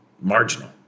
Marginal